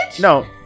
No